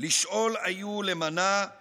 לשאול היו למנה /